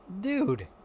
Dude